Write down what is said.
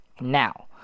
Now